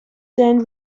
then